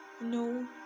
no